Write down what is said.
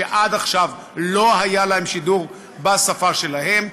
שעד עכשיו לא היה להם שידור בשפה שלהם.